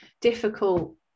difficult